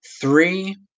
three